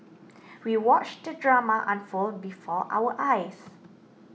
we watched the drama unfold before our eyes